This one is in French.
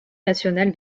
national